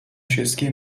چسکی